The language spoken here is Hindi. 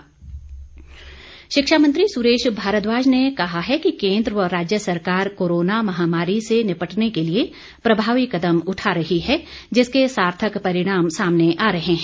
सुरेश भारद्वाज शिक्षा मंत्री सुरेश भारद्वाज ने कहा है कि केन्द्र व राज्य सरकार कोरोना महामारी से निपटने के लिए प्रभावी कदम उठा रही है जिसके सार्थक परिणाम आ रहे हैं